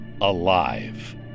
alive